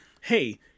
hey